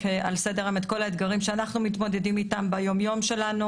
כל האתגרים שאנחנו מתמודדים איתם ביום-יום שלנו,